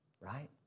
right